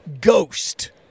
ghost